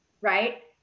right